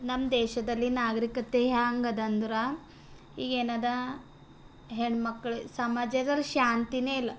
ನಮ್ಮ ದೇಶದಲ್ಲಿ ನಾಗರೀಕತೆ ಹ್ಯಾಂಗ ಅದ ಅಂದ್ರೆ ಈಗ ಏನದ ಹೆಣ್ಮಕ್ಳು ಸಮಾಜದಲ್ಲಿ ಶಾಂತಿಯೇ ಇಲ್ಲ